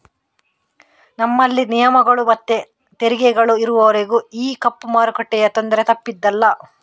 ನಮ್ಮಲ್ಲಿ ನಿಯಮಗಳು ಮತ್ತು ತೆರಿಗೆಗಳು ಇರುವವರೆಗೂ ಈ ಕಪ್ಪು ಮಾರುಕಟ್ಟೆಯ ತೊಂದರೆ ತಪ್ಪಿದ್ದಲ್ಲ